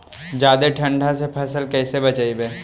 जादे ठंडा से फसल कैसे बचइबै?